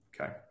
Okay